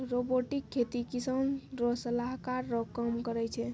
robotic खेती किसान रो सलाहकार रो काम करै छै